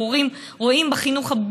אנחנו רואים את זה בחינוך הבלתי-פורמלי,